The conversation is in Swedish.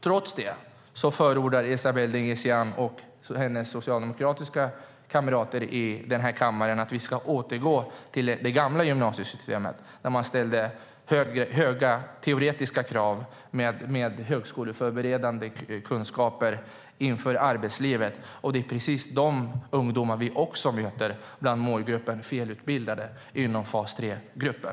Trots detta förordar Esabelle Dingizian och hennes socialdemokratiska kamrater här i kammaren att vi ska återgå till det gamla gymnasiesystemet. Där ställde man höga teoretiska krav med högskoleförberedande kunskaper inför arbetslivet. Det är precis de ungdomar vi möter bland målgruppen felutbildade inom fas 3-gruppen.